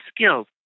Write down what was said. skills